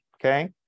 okay